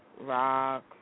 Rock